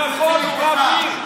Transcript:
הוא העמיד את עצמו להיות רב ראשי?